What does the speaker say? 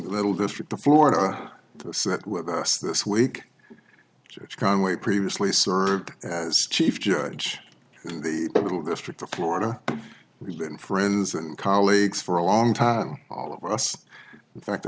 little district of florida so that with us this week which conway previously served as chief judge and the little district of florida we've been friends and colleagues for a long time all of us in fact i